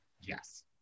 yes